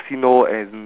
free talk like